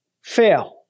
fail